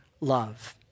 love